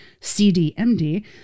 CDMD